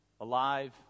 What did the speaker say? alive